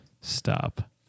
stop